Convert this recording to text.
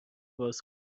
باز